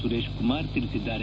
ಸುರೇಶ್ ಕುಮಾರ್ ತಿಳಿಸಿದ್ದಾರೆ